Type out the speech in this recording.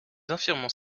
affirmons